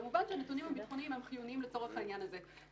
כמובן שהנתונים הביטחוניים הם חיוניים לצורך העניין הזה.